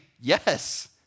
yes